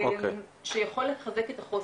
שיכול לחזק את החוסן.